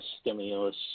stimulus